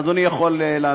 אדוני יכול להנמיך.